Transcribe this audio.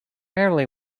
rarely